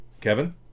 Kevin